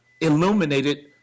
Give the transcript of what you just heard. illuminated